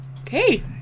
Okay